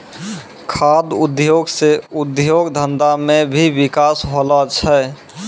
खाद्य उद्योग से उद्योग धंधा मे भी बिकास होलो छै